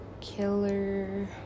Killer